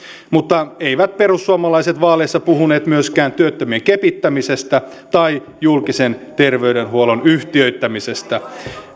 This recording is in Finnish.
mutta eivät perussuomalaiset vaaleissa puhuneet myöskään työttömien kepittämisestä tai julkisen terveydenhuollon yhtiöittämisestä